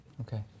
Okay